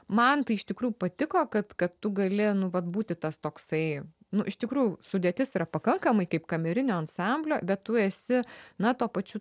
man tai iš tikrųjų patiko kad kad tu gali nu vat būti tas toksai nu iš tikrųjų sudėtis yra pakankamai kaip kamerinio ansamblio bet tu esi na tuo pačiu